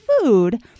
food